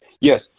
Yes